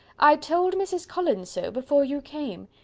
i told mrs. collins so before you came.